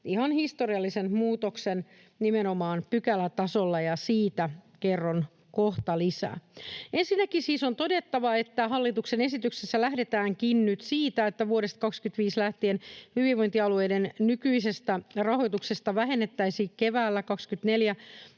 ihan historiallisen muutoksen nimenomaan pykälätasolla, ja siitä kerron kohta lisää. Ensinnäkin siis on todettava, että hallituksen esityksessä lähdetäänkin nyt siitä, että vuodesta 2025 lähtien hyvinvointialueiden nykyisestä rahoituksesta vähennettäisiin keväällä 2024